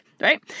right